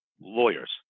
lawyers